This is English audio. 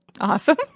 Awesome